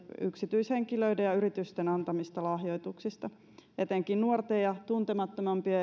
yksityishenkilöiden ja yritysten antamista lahjoituksista etenkin nuorten ja tuntemattomampien